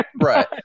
Right